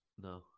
No